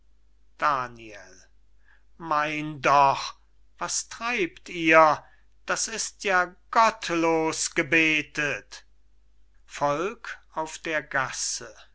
daniel mein doch was treibt ihr das ist ja gottlos gebetet volksauflauf volk diebe mörder wer